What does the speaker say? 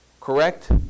correct